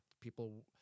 People